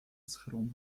schron